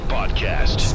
Podcast